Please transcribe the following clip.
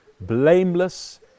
blameless